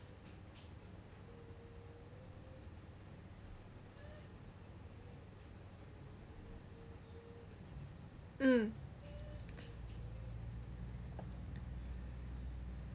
mm